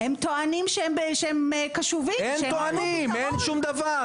אין שום דבר.